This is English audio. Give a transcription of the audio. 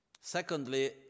Secondly